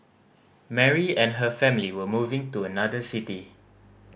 Mary and her family were moving to another city